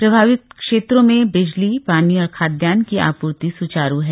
प्रभावित क्षेत्रों में बिजली पानी और खाद्यान्न की आपूर्ति स्चारू है